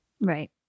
Right